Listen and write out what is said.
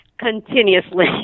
Continuously